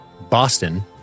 Boston